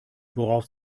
worauf